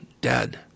dead